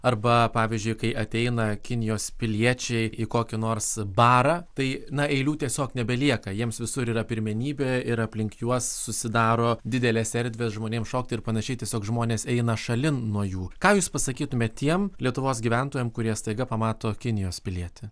arba pavyzdžiui kai ateina kinijos piliečiai į kokį nors barą tai na eilių tiesiog nebelieka jiems visur yra pirmenybė ir aplink juos susidaro didelės erdvės žmonėm šokti ir panašiai tiesiog žmonės eina šalin nuo jų ką jūs pasakytumėt tiem lietuvos gyventojam kurie staiga pamato kinijos pilietį